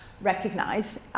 recognize